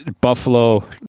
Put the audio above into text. Buffalo